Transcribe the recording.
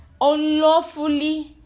unlawfully